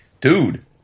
Dude